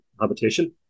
habitation